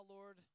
Lord